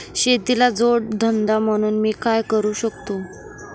शेतीला जोड धंदा म्हणून मी काय करु शकतो?